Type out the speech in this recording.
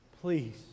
please